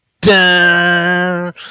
dun